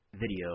video